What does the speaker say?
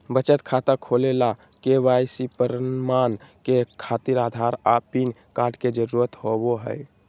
बचत खाता खोले ला के.वाइ.सी प्रमाण के खातिर आधार आ पैन कार्ड के जरुरत होबो हइ